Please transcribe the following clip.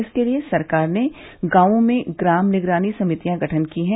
इसके लिए सरकार ने गांवों में ग्राम निगरानी समितियां गठित की हैं